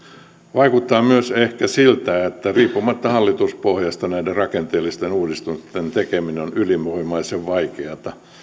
vaikuttaa myös ehkä siltä että riippumatta hallituspohjasta näiden rakenteellisten uudistusten tekeminen on ylivoimaisen vaikeata